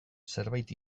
zerbait